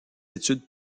études